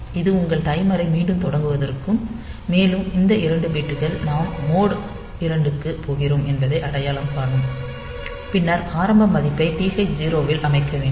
இது உங்கள் டைமரை மீண்டும் தொடங்குவதற்கு மேலும் இந்த 2 பிட்கள் நாம் மோட் 2 க்குப் போகிறோம் என்பதை அடையாளம் காணும் பின்னர் ஆரம்ப மதிப்பை TH 0 இல் அமைக்க வேண்டும்